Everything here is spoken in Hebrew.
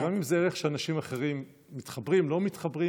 גם אם זה ערך שאנשים אחרים מתחברים אליו או לא מתחברים,